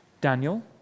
Daniel